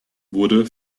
wurde